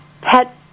pet